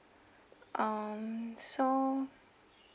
um so